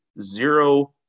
zero